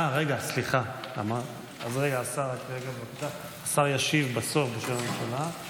סליחה, השר ישיב בסוף בשם הממשלה.